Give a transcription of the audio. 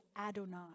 adonai